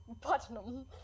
Putnam